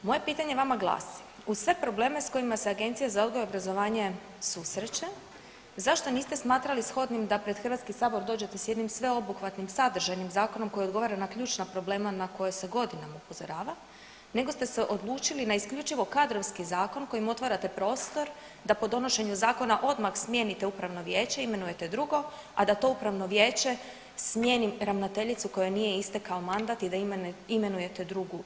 Moje pitanje vama glasi, uz sve probleme s kojima se Agencija za odgoj i obrazovanje susreće zašto niste smatrali shodnim da pred HS dođete s jednim sveobuhvatnim sadržajnim zakonom koji odgovara na ključne probleme na koje se godinama upozorava nego ste se odlučili na isključivo kadrovski zakon kojim otvarate prostor da po donošenju zakona odmah smijenite upravno vijeće i imenujete drugo, a da to upravno vijeće smijeni ravnateljicu kojoj nije istekao mandat i da imenujete drugu ili drugog?